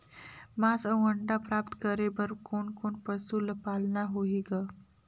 मांस अउ अंडा प्राप्त करे बर कोन कोन पशु ल पालना होही ग?